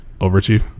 overachieve